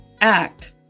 act